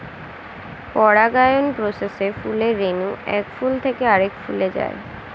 পরাগায়ন প্রসেসে ফুলের রেণু এক ফুল থেকে আরেক ফুলে যায়